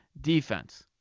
Defense